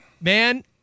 Man